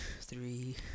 three